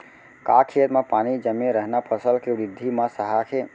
का खेत म पानी जमे रहना फसल के वृद्धि म सहायक हे?